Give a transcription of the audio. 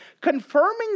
confirming